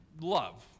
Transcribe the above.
love